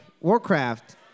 Warcraft